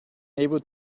able